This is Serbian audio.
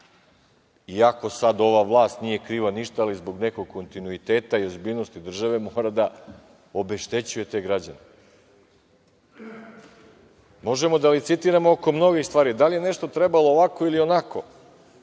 iako sada ova vlast nije kriva ništa ali zbog nekog kontinuiteta i ozbiljnosti države mora da obeštećuje te građane. Možemo da licitiramo oko mnogih stvari, da li je nešto trebalo ovako ili onako,